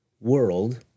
world –